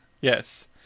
Yes